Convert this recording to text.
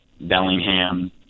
Bellingham